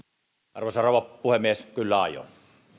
arvoisa rouva puhemies kyllä aion